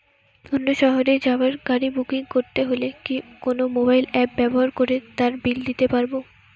অন্য শহরে যাওয়ার গাড়ী বুকিং করতে হলে কি কোনো মোবাইল অ্যাপ ব্যবহার করে তার বিল দিতে পারব?